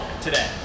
today